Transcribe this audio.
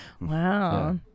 Wow